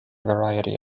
variety